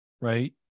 right